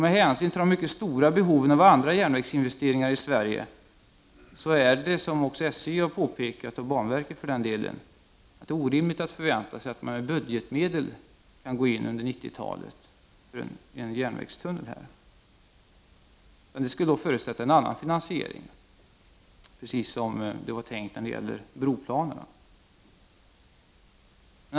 Med hänsyn till de mycket stora behoven av andra järnvägsinvesteringar i Sverige är det, som också SJ har påpekat — och banverket för den delen — orimligt att förvänta sig att man med budgetmedel kan gå in under 90-talet för en järnvägstunnel här. Det skulle då förutsätta en annan finansiering, precis som det var tänkt när det gäller broplanerna.